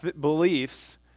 beliefs